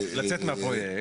לצאת מהפרויקט.